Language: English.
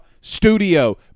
studio